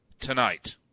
tonight